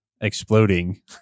exploding